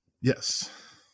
yes